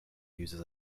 uses